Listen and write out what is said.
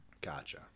Gotcha